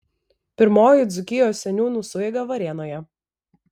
pirmoji dzūkijos seniūnų sueiga varėnoje